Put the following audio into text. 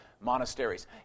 monasteries